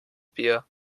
bier